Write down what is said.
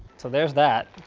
so there's that.